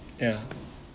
ya